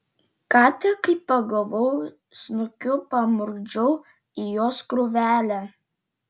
katę kai pagavau snukiu pamurkdžiau į jos krūvelę